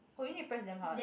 oh you need to press damn hard